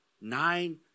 Nine